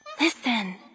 Listen